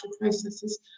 processes